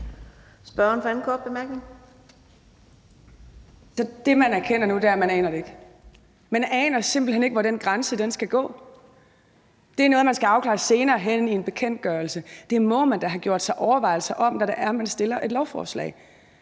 Det, man erkender nu, er, at man ikke aner det. Man aner simpelt hen ikke, hvor den grænse skal gå. Det er noget, man skal afklare senere hen i en bekendtgørelse. Det må man da have gjort sig overvejelser om, når man fremsætter et lovforslag;